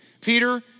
Peter